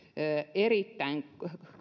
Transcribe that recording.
erittäin